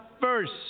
first